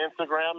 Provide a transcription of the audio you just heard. Instagram